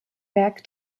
werk